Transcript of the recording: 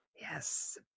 Yes